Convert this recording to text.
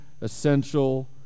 essential